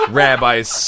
rabbis